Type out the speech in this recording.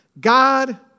God